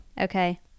Okay